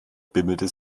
bimmelte